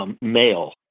male